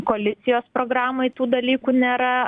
koalicijos programoj tų dalykų nėra